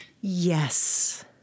Yes